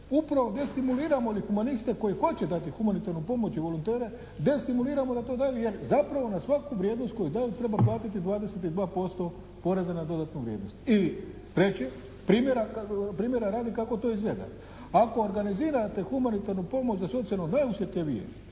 upravo destimuliramo i humaniste koji hoće dati humanitarnu pomoć i volonteru destimuliramo da to daju jer zapravo na svaku vrijednost koju daju treba platiti 22% poreza na dodanu vrijednost. I treći, primjera radi, kako to izgleda. Ako organizirate humanitarnu pomoć za socijalno najosjetljivije